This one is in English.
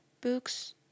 books